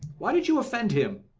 why did you offend him?